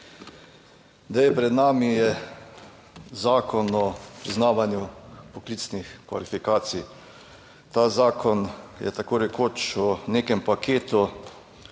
Pred nami je Zakon o priznavanju poklicnih kvalifikacij. Ta zakon je tako rekoč v nekem paketu